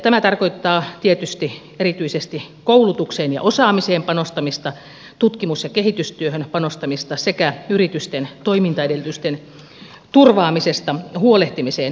tämä tarkoittaa tietysti panostamista erityisesti koulutukseen ja osaamiseen tutkimus ja kehitystyöhön sekä yritysten toimintaedellytysten turvaamisesta huolehtimiseen